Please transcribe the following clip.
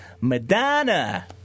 Madonna